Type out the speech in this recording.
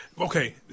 Okay